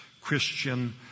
Christian